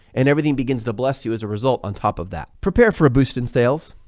and everything begins to bless you as a result, on top of that prepare for a boost in sales,